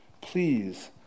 Please